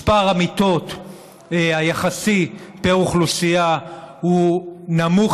מספר המיטות היחסי פר אוכלוסייה נמוך